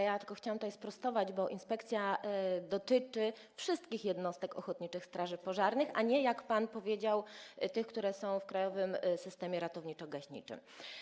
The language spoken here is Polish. Ja tylko chciałam tutaj sprostować, bo inspekcja dotyczy wszystkich jednostek ochotniczych straży pożarnych, a nie, jak pan powiedział, tych, które są w krajowym systemie ratowniczo-gaśniczym.